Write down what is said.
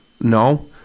no